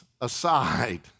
aside